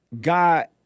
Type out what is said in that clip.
God